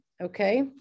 okay